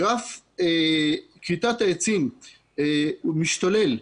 גרף כריתת העצים הוא משתולל,